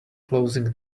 closing